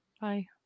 Bye